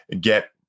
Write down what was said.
get